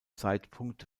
zeitpunkt